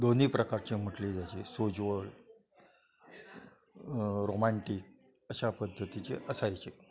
दोन्ही प्रकारचे म्हटले जायचे सोज्वळ रोमांटिक अशा पद्धतीचे असायचे